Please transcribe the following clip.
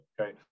okay